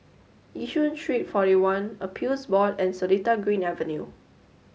Yishun Street forty one Appeals Board and Seletar Green Avenue